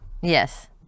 Yes